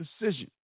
decision